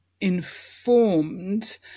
informed